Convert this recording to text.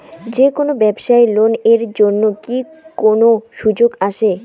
যে কোনো ব্যবসায়ী লোন এর জন্যে কি কোনো সুযোগ আসে?